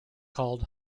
called